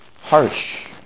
harsh